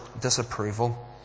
disapproval